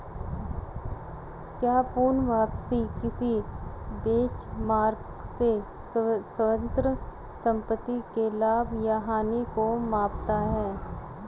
क्या पूर्ण वापसी किसी बेंचमार्क से स्वतंत्र संपत्ति के लाभ या हानि को मापता है?